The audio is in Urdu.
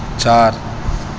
چار